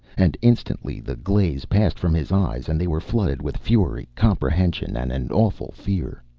and instantly the glaze passed from his eyes and they were flooded with fury, comprehension and an awful fear.